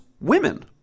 women